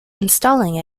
installing